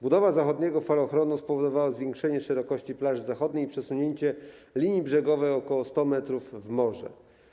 Budowa zachodniego falochronu spowodowała zwiększenie szerokości plaży zachodniej i przesunięcie linii brzegowej o ok. 100 m w morze.